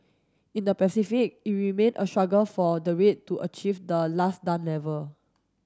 in the Pacific it remained a struggle for the rate to achieve the last done level